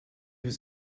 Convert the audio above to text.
was